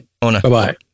Bye-bye